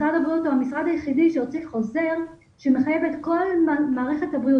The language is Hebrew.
משרד הבריאות הוא המשרד היחידי שהוציא חוזר שמחייב את כל מערכת הבריאות,